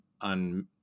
on